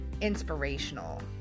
inspirational